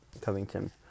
Covington